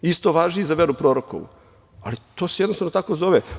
Isto važi i zva veru prorokovu, ali to se jednostavno tako zove.